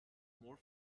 more